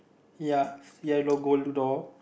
ya is yellow gold door